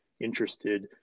interested